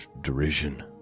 derision